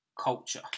culture